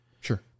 Sure